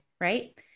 right